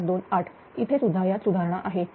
95528 इथे सुद्धा यात सुधारणा आहे